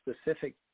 specific